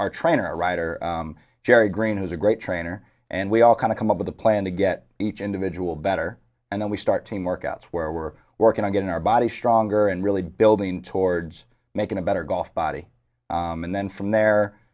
our trainer rider jerry green who's a great trainer and we all kind of come up with a plan to get each individual better and then we start team workouts where we're working on getting our body stronger and really building towards making a better golf body and then from there